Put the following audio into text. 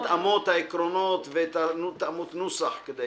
ההתאמות, העקרונות ואת ההתאמות נוסח כדי